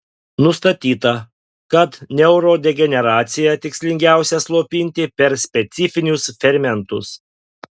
nustatyta kad neurodegeneraciją tikslingiausia slopinti per specifinius fermentus